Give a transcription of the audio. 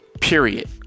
period